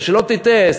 ושלא תטעה,